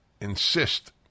insist